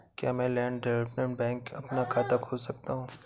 क्या मैं land development bank में अपना खाता खोल सकता हूँ?